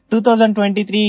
2023